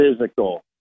physical